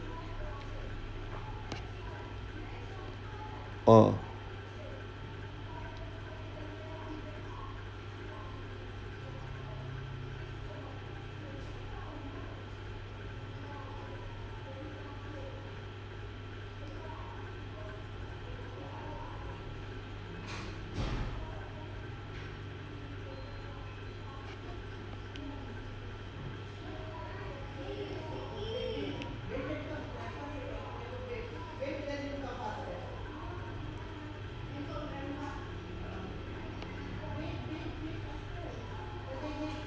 ah